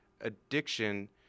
addiction